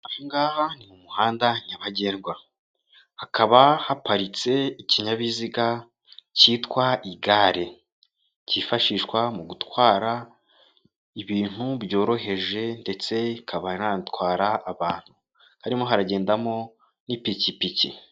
Aha ngaha mu muhanda nyabagendwa. Hakaba haparitse ikinyabiziga cyitwa igare. Cyifashishwa mu gutwara ibintu byoroheje, ndetse ikaba inanatwara abantu. Harimo haragendamo n'ipikipiki.